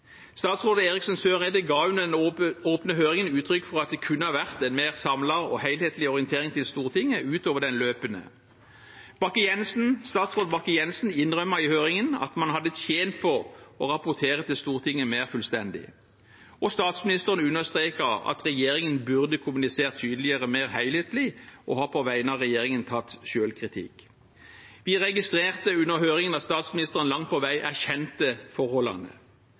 Statsråd Bakke-Jensen innrømmet i høringen at man hadde tjent på å rapportere til Stortinget mer fullstendig. Statsministeren understreket at regjeringen burde kommunisert tydeligere og mer helhetlig, og har på vegne av regjeringen tatt selvkritikk. Vi registrerte under høringen at statsministeren langt på vei erkjente forholdene.